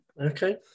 Okay